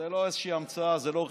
זאת לא איזושהי המצאה, זאת לא רכילות.